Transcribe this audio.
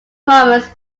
moments